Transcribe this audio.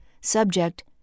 Subject